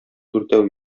дүртәү